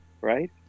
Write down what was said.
right